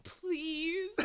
please